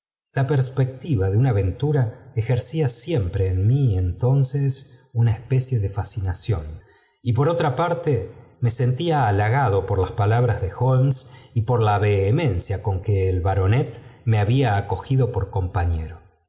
la perspectiva de una aventura ejercía siempre én mí entonces una especie de fascinación y por otra parte me sentía halagado por las palabras de holmes y por la vehemencia con que el baronet me había acogido por compañero